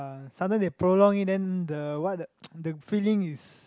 uh sometime they prolong it then the what the the feeling is